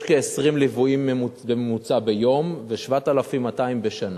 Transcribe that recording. יש כ-20 ליוויים בממוצע ביום ו-7,200 בשנה.